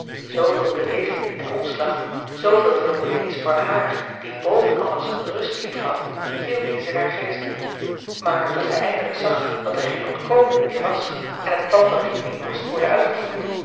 zooveel beweging en omslag zooveel vermoeienis voor haar die boven alles rust lief had viel niets in haar geest maar toen zij eindelijk zag dat er geen ontkomen meer was en het plan van rimini moest worden uitgevoerd